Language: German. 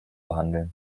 behandelt